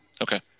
Okay